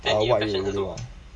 uh what you really want